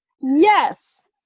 Yes